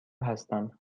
هستم